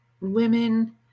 women